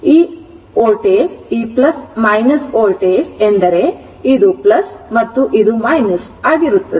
ಆದ್ದರಿಂದ ಮತ್ತು ಈ ವೋಲ್ಟೇಜ್ ಎಂದರೆ ಇದು ವೋಲ್ಟೇಜ್ ಮತ್ತು ಇದು ಆಗಿರುತ್ತದೆ